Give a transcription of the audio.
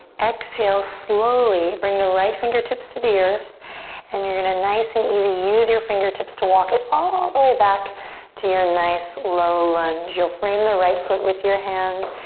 exhale, slowly bring the right fingertips to the earth and you're going to, nice and easy, use your fingertips to walk it all the way back to your nice low lunge. you'll frame the right foot with your hands.